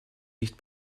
nicht